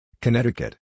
Connecticut